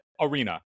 arena